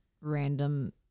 random